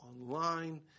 online